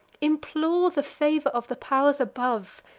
implore the favor of the pow'rs above,